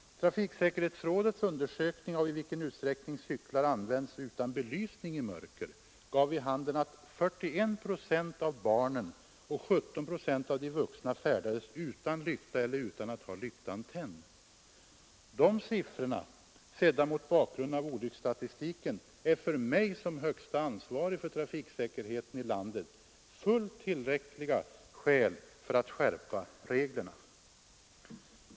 Trafiksäkerhetsrådets undersökning av i vilken utsträckning cyklar används utan belysning i mörker gav vid handen att 41 procent av barnen och 17 procent av de vuxna färdades utan lykta eller utan att ha lyktan tänd. Dessa siffror sedda mot bakgrund av olycksstatistiken är för mig som högste ansvarig för trafiksäkerheten i vårt land fullt tillräckliga skäl för att skärpa reglerna.